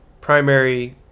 primary